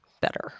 better